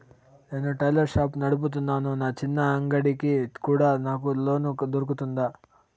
నేను tailor shop నడుపుతున్నాను, నా చిన్న అంగడి కి కూడా నాకు లోను దొరుకుతుందా?